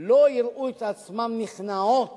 לא יראו את עצמן נכנעות